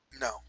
No